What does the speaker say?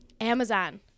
Amazon